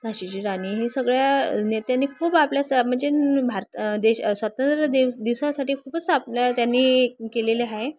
झाशीची राणी हे सगळ्या नेत्यांनी खूप आपल्या स म्हणजे भारत देश स्वातंत्र्य दिव दिवसासाठी खूपच आपल्या त्यांनी केलेले आहे